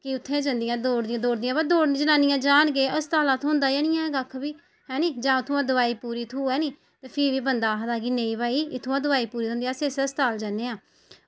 की उत्थें जंदियां दौड़दियां दौड़दियां बाऽ जनानियां जान केह् अस्ताला थ्होंदा कक्ख नेईं हैनी जां भी उत्थां दोआइयां उनें ई पूरियां थ्होऐ ते भी बी आक्खदा बंदा कि नेईं भई इत्थां दोआई पूरी थ्होंदी अस्ताल जन्ने आं